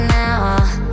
now